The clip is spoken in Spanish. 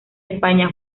españa